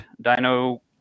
Dino